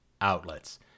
outlets